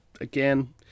Again